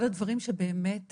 אחד הדברים שבאמת,